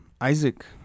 Isaac